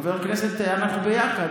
חברת הכנסת תמנו, אנחנו ביחד.